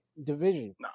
division